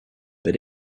but